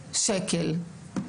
שקל.